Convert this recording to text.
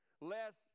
Less